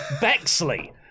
Bexley